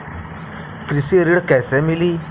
कृषि ऋण कैसे मिली?